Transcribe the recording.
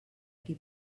qui